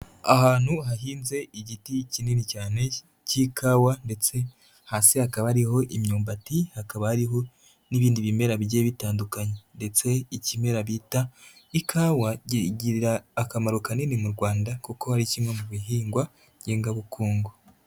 Ahantu hahinze igiti kinini cyane cy'ikawa ndetse hasi hakaba hariho imyumbati, hakaba hariho n'ibindi bimera bigiye bitandukanye ndetse ikimera bita ikawa kigirira akamaro kanini mu Rwanda kuko ari kimwe mu bihingwa ngengabukungu.